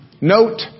note